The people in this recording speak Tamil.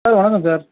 ஆ வணக்கம் சார்